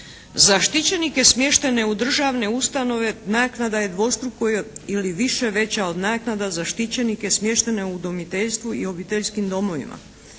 Za štićenike smještene u državne ustanove naknada je dvostruko ili više veća od naknada za štićenike smještene u udomiteljstvu i obiteljskim domovima.